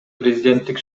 президенттик